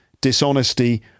dishonesty